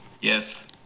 Yes